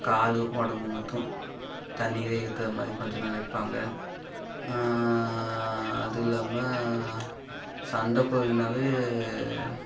கால் உடம்பு மட்டும் தண்ணிலேயே இருக்கிற மாதிரி கொஞ்சம் நேரம் வைப்பாங்க அது இல்லாமல் சண்டக்கோழின்னாவே